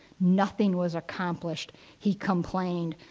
nothing was accomplished. he complained,